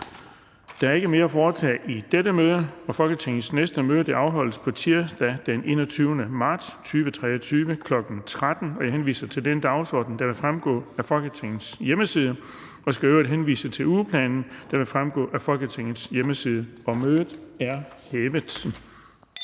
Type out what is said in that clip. Der er ikke mere at foretage i dette møde. Folketingets næste møde afholdes på tirsdag den 21. marts 2023, kl. 13.00. Jeg henviser til den dagsorden, der fremgår af Folketingets hjemmeside. Jeg skal øvrigt henvise til ugeplanen, der fremgår af Folketingets hjemmeside. Mødet er hævet.